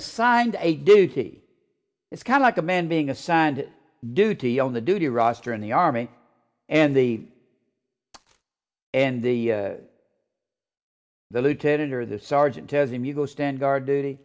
assigned a duty it's kind of like a man being assigned duty on the duty roster in the army and the and the the lieutenant or the sergeant tells him you go stand guard duty